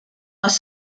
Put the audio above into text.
les